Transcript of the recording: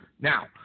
Now